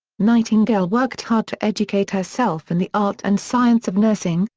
nightingale worked hard to educate herself in the art and science of nursing,